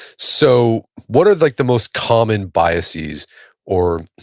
so, what are like the most common biases or